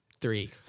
Three